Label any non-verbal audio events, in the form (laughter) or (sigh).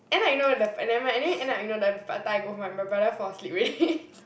end up you know the never mind anyway end up you know the Pad-Thai go home right my brother fall asleep already (laughs)